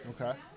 Okay